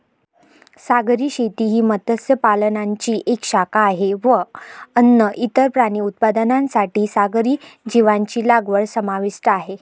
सागरी शेती ही मत्स्य पालनाची एक शाखा आहे व अन्न, इतर प्राणी उत्पादनांसाठी सागरी जीवांची लागवड समाविष्ट आहे